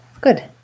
good